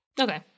Okay